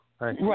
right